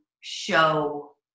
show